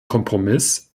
kompromiss